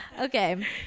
Okay